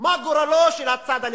מה גורלו של הצד הנכבש.